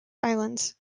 islands